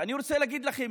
ואני רוצה להגיד לכם,